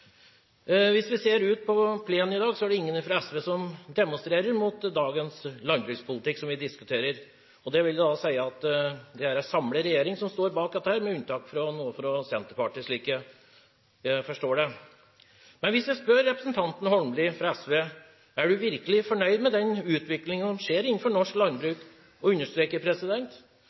Hvis vi ser ut på plenen i dag, er det ingen fra SV som demonstrerer mot dagens landbrukspolitikk, som vi diskuterer nå. Det vil si at det er en samlet regjering som står bak dette, med unntak av noen fra Senterpartiet, slik jeg forstår det. Men jeg spør representanten Holmelid fra SV: Er han virkelig fornøyd med den utviklingen som skjer innenfor norsk landbruk?